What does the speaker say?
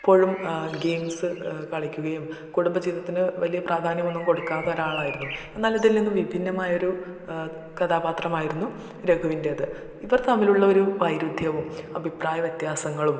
എപ്പോഴും ഗെയിംസ് കളിക്കുകയും കുടുംബ ജീവിതത്തിന് വലിയ പ്രാധാന്യമൊന്നും കൊടുക്കാത്ത ഒരാളായിരുന്നു എന്നാൽ ഇതിൽ നിന്നും വിഭിന്നമായൊരു കഥാപാത്രമായിരുന്നു രഘുവിൻ്റേത് ഇവർ തമ്മിലുള്ളൊരു വൈരുധ്യവും അഭിപ്രായ വ്യത്യാസങ്ങളും